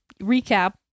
recap